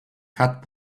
cut